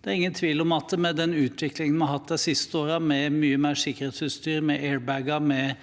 Det er ingen tvil om at med den utviklingen vi har hatt de siste årene, med mye mer sikkerhetsutstyr, som airbager